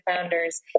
founders